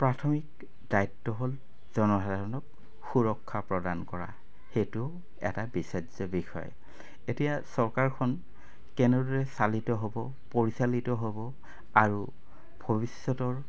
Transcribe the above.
প্ৰাথমিক দায়িত্ব হ'ল জনসাধাৰণক সুৰক্ষা প্ৰদান কৰা সেইটো এটা বিচাৰ্য বিষয় এতিয়া চৰকাৰখন কেনেদৰে চালিত হ'ব পৰিচালিত হ'ব আৰু ভৱিষ্যতৰ